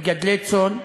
מגדלי צאן,